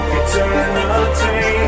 eternity